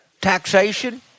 taxation